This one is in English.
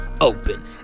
open